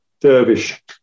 dervish